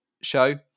show